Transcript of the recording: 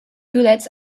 bullets